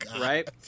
Right